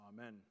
Amen